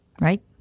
right